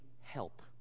help